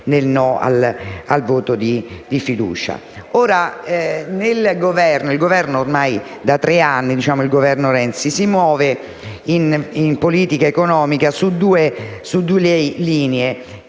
il Governo Renzi si muove in politica economica su due linee